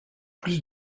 plus